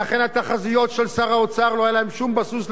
ולכן התחזיות של שר האוצר לא היה להן שום בסיס,